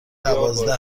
دوازده